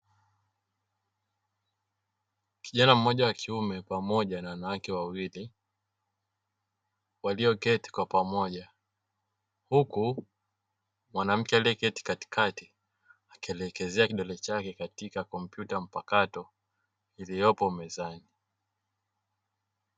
Kijana mmoja wakiume pamoja na wanawake wawili walio keti kwa pamoja, huku mwanamke aliyeketi katikati akielekezea kidole chake katika kompyuta mpakato iliyopo mezani.